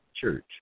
church